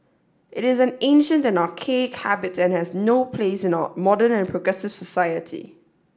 it is an ancient and archaic habit and has no place in our modern and progressive society